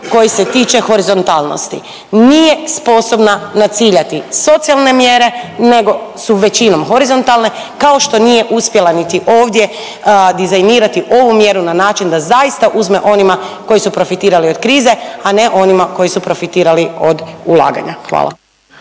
koji se tiče horizontalnosti. Nije sposobna naciljati socijalne mjere, nego su većinom horizontalne kao što nije uspjela niti ovdje dizajnirati ovu mjeru na način da zaista uzme onima koji su profitirali od krize, a ne onima koji su profitirali od ulaganja. Hvala.